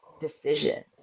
decision